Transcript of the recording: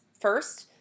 First